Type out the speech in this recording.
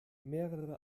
mehrere